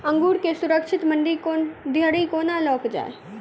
अंगूर केँ सुरक्षित मंडी धरि कोना लकऽ जाय?